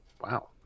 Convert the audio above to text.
wow